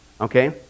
okay